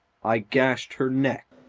i gashed her neck.